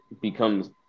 becomes